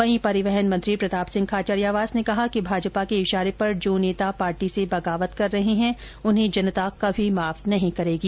वहीं परिवहन मंत्री प्रतापसिंह खाचरियावास ने कहा कि भाजपा के इशारे पर जो नेता पार्टी से बगावत कर रहे हैं उन्हें जनता कभी माफ नहीं करेगी